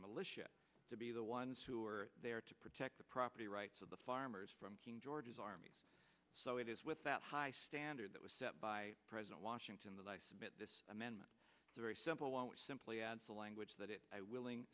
militia to be the ones who are there to protect the the rights of the farmers from king george's army so it is with that high standard that was set by president washington that i submit this amendment very simple one which simply adds the language that it i willing